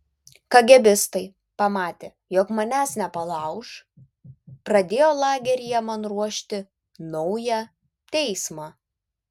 kagėbistai pamatę jog manęs nepalauš pradėjo lageryje man ruošti naują teismą